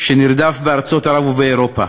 שנרדף בארצות ערב ובאירופה.